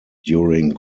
during